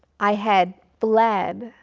i had bled,